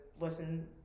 listen